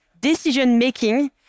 decision-making